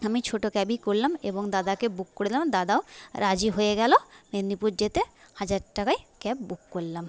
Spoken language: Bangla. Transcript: আমি ছোট ক্যাবই করলাম এবং দাদাকে বুক করে দিলাম দাদাও রাজি হয়ে গেলো মেদিনীপুর যেতে হাজার টাকায় ক্যাব বুক করলাম